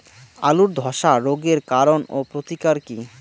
আলুর ধসা রোগের কারণ ও প্রতিকার কি?